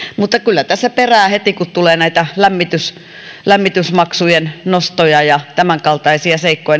mutta kyllä kun tässä perään heti tulee lämmitysmaksujen nostoja ja tämänkaltaisia seikkoja